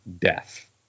death